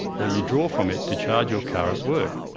while you draw from it to charge your car at work.